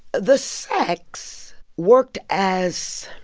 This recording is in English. the sex worked as,